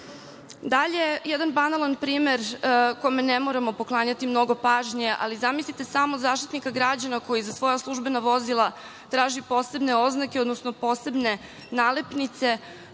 Srbije. Dalje, jedan banalan primer kome ne moramo poklanjati mnogo pažnje, ali zamislite samo Zaštitnika građana koji za svoja službena vozila traži posebne oznake, odnosno posebne nalepnice